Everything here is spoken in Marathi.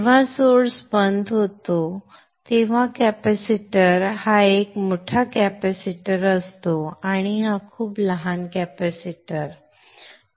जेव्हा सोर्स बंद होतो तेव्हा कॅपेसिटर हा एक मोठा कॅपेसिटर असतो आणि हा खूप लहान कॅपेसिटर असतो